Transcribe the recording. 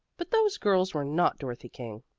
but those girls were not dorothy king,